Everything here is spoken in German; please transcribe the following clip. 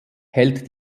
hält